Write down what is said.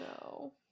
No